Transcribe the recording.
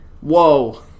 whoa